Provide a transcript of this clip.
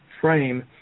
frame